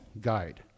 guide